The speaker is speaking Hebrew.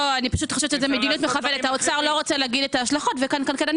האוצר לא רוצה להגיד את ההשלכות וכלכלנים